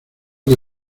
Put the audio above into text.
que